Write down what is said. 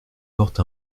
porte